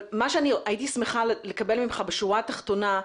מה שאני הייתי שמחה לקבל ממך בשורה התחתונה,